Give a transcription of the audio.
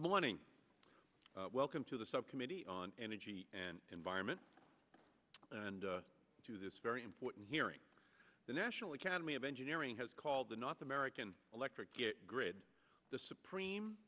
good morning welcome to the subcommittee on energy and environment and to this very important hearing the national academy of engineering has called the north american electric grid the supreme